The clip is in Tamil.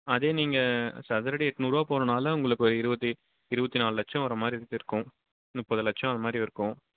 அதே நீங்கள் சதுரடி எட்நூறுரூபா போகறதுனால உங்களுக்கு ஒரு இருபத்தி இருபத்தி நாலு லட்சம் வரமாதிரி இருக்கும் முப்பது லட்சம் அந்த மாதிரி இருக்கும்